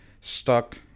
stuck